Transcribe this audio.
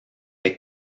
est